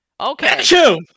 okay